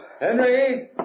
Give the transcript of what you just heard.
Henry